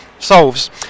solves